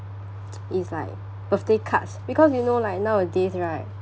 is like birthday cards because you know like nowadays right